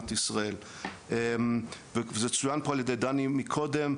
צוהריים טובים.